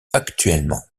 actuellement